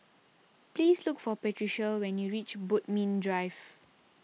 please look for Patricia when you reach Bodmin Drive